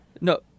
No